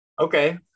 Okay